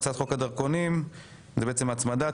הצעת חוק הדרכונים (תיקון,